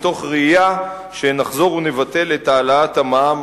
מתוך ראייה שנחזור ונבטל את העלאת המע"מ